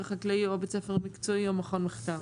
חקלאי או בית ספר מקצועי או מכון מחקר?